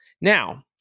Now